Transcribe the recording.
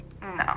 No